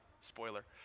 Spoiler